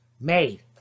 made